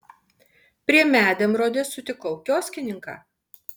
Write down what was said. prie medemrodės sutikau kioskininką